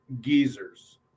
geezers